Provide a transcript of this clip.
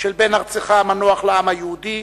של בן ארצך המנוח לעם היהודי